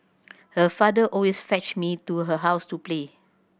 her father always fetched me to her house to play